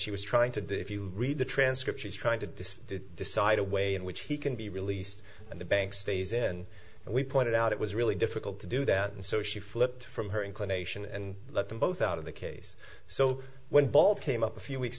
she was trying to if you read the transcript she's trying to decide to decide a way in which he can be released and the bank stays in and we pointed out it was really difficult to do that and so she flipped from her inclination and let them both out of the case so when ball came up a few weeks